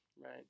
Right